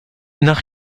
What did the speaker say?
nach